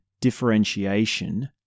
differentiation